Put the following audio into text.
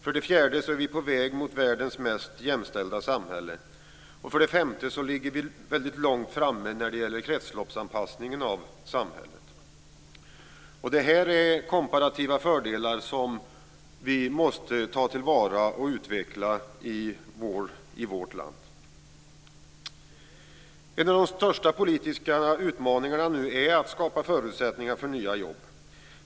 För det fjärde är vi på väg mot världens mest jämställda samhälle. För det femte ligger vi väldigt långt framme när det gäller kretsloppsanpassningen av samhället. Det här är komparativa fördelar som vi måste ta vara på och utveckla i vårt land. En av de största politiska utmaningarna nu är att skapa förutsättningar för nya jobb.